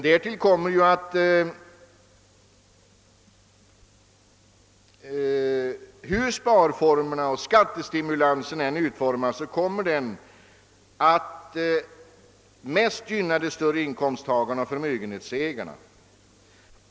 Därtill kommer att hur sparformerna och skattestimulansen än utformas kommer dessa åtgärder att mest gynna de större inkomsttagarna och förmögenhetsägarna.